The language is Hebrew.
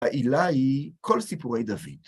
‫העילה היא כל סיפורי דוד.